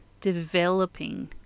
developing